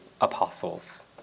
apostles